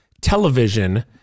television